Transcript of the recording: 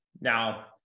now